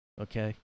okay